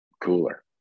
cooler